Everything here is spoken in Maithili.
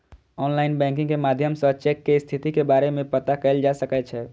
आनलाइन बैंकिंग के माध्यम सं चेक के स्थिति के बारे मे पता कैल जा सकै छै